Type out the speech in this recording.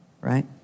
right